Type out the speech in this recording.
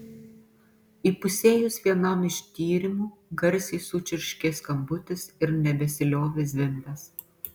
įpusėjus vienam iš tyrimų garsiai sučirškė skambutis ir nebesiliovė zvimbęs